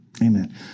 Amen